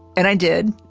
and i did.